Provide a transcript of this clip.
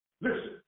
Listen